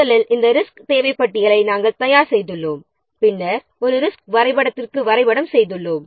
முதலில் இந்த ரிசோர்ஸ் தேவை பட்டியலை நாம் தயார் செய்துள்ளோம் பின்னர் ஒரு ரிசோர்ஸ் ஹிஸ்டோகிராம் விவரணையாக்கம் செய்துள்ளோம்